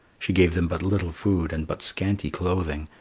she gave them but little food and but scanty clothing,